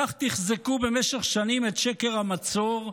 כך תחזקו במשך שנים את שקר המצור,